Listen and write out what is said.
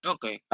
Okay